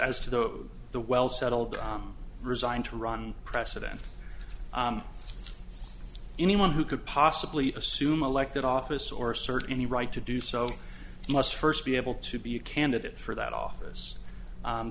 as to the the well settled on resigned to run president anyone who could possibly assume elected office or assert any right to do so must first be able to be a candidate for that office